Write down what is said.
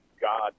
God